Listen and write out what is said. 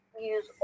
use